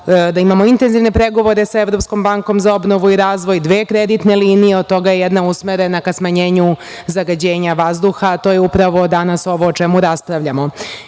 da imamo intenzivne pregovore sa Evropskom bankom za obnovu i razvoj, dve kreditne linije. Od toga je jedna usmerena ka smanjenju zagađenja vazduha, a to je upravo danas ovo o čemu raspravljamo.